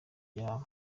byaba